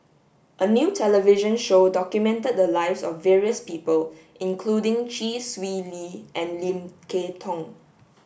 a new television show documented the lives of various people including Chee Swee Lee and Lim Kay Tong